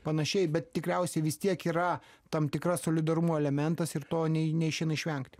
panašiai bet tikriausiai vis tiek yra tam tikras solidarumo elementas ir to nei neišeina išvengti